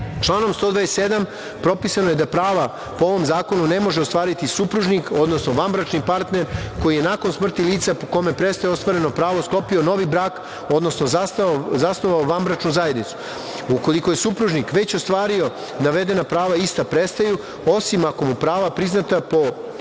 127. propisano je da prava po ovom zakonu ne može ostvariti supružnik, odnosno vanbračni partner koji je nakon smrti lica po kome prestaje ostvareno pravo sklopio novi brak, odnosno zasnovao vanbračnu zajednicu. Ukoliko je supružnik već ostvario navedena prava ista prestaju, osim ako mu prava priznata po